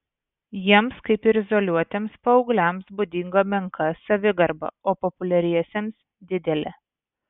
jiems kaip ir izoliuotiems paaugliams būdinga menka savigarba o populiariesiems didelė